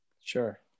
Sure